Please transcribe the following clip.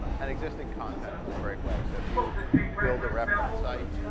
and existing content is a great way, so if you build a reference site,